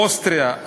אוסטריה,